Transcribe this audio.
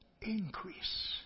increase